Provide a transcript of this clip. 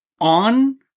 on